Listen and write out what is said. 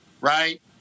right